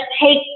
take